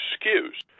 excuse